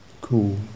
cool